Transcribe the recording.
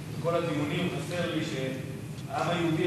בכל הדיונים חסר לי שהעם היהודי,